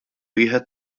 wieħed